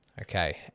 okay